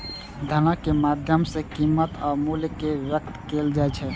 धनक माध्यम सं कीमत आ मूल्य कें व्यक्त कैल जाइ छै